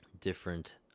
different